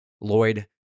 Lloyd